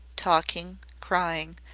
talking, crying,